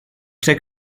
took